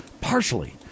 Partially